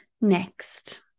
Next